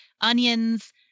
onions